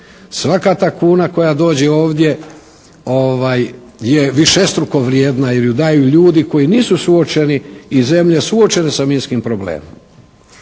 svaka ta kuna koja dođe ovdje je višestruko vrijedna ili ju daju ljudi koji nisu suočeni i zemlje suočene sa minskim problemom.